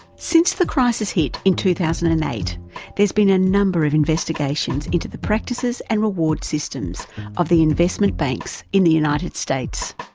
since the crisis hit in two thousand and eight there has been a number of investigations into the practices and reward systems of the investment banks in the united states.